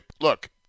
look